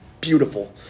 beautiful